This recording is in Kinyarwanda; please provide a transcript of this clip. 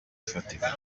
ifatika